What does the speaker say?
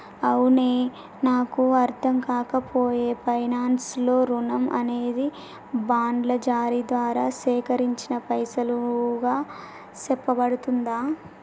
అవునే నాకు అర్ధంకాక పాయె పైనాన్స్ లో రుణం అనేది బాండ్ల జారీ దారా సేకరించిన పైసలుగా సెప్పబడుతుందా